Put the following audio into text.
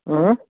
ٲں